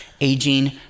aging